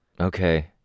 Okay